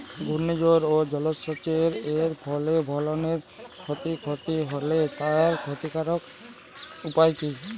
ঘূর্ণিঝড় ও জলোচ্ছ্বাস এর ফলে ফসলের ক্ষয় ক্ষতি হলে তার প্রতিকারের উপায় কী?